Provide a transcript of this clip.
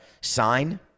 sign